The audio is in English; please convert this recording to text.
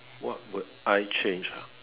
what would I change ah